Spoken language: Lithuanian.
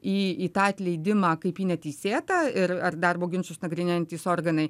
į į tą atleidimą kaip į neteisėtą ir ar darbo ginčus nagrinėjantys organai